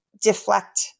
deflect